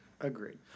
Agreed